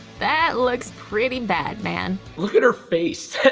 that looks pretty bad man. look at her face.